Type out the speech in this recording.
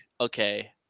okay